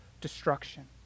destruction